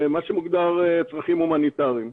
מה שמוגדר כצרכים הומניטריים.